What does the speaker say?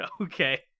Okay